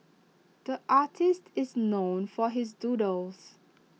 the artist is known for his doodles